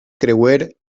creuer